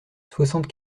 soixante